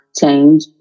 change